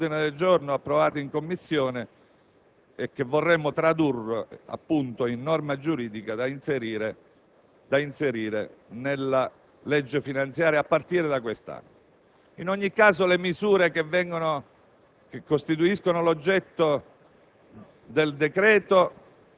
costituisce l'oggetto di un ordine del giorno approvato in Commissione, che vorremmo tradurre, appunto, in norma giuridica da inserire nella legge finanziaria, a partire da quest'anno. In ogni caso, le misure che costituiscono l'oggetto